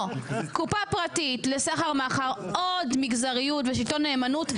קופה פרטית לסחר מכר, עוד מגזריות ושלטון נאמנות.